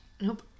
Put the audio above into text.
Nope